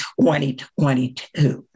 2022